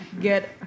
get